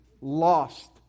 lost